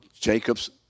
Jacob's